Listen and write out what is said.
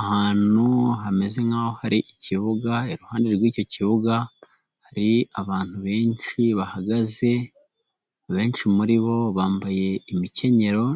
Ahantu hameze nk'aho hari ikibuga; iruhande rw'icyo kibuga hari abantu benshi bahagaze; benshi muri bo bambaye imikenyero,